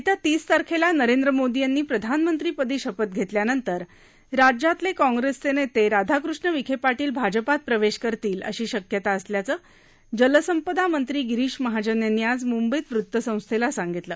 येत्या तीस तारखेला नरेंद्र मोदी यांनी प्रधानमंत्रीपदी शपथ घेतल्यानंतर राज्यातले काँग्रेसचे नेते राधाकष्ण विखे पाटील भाजपात प्रवेश करतील अशी शक्यता असल्याचं जलसंपदा मंत्री गिरीश महाजन यांनी आज मुंबईत वृतसंस्थेला सांगितलं